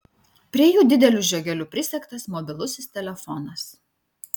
prie jų dideliu žiogeliu prisegtas mobilusis telefonas